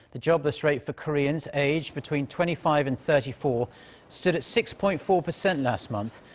the jobless rate for koreans aged between twenty five and thirty four stood at six-point-four percent last month.